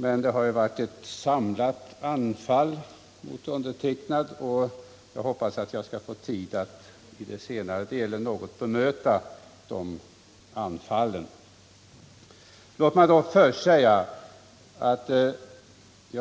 Men det har varit ett samlat anfall mot undertecknad, och jag hoppas därför att jag skall få tid att i senare delen av mitt anförande bemöta dessa anfall. Jag